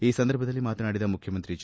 ಈ ಸಂದರ್ಭದಲ್ಲಿ ಮಾತನಾಡಿದ ಮುಖ್ಯಮಂತ್ರಿ ಎಚ್